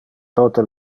tote